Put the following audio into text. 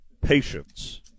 Patience